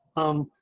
um,